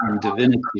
divinity